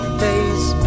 face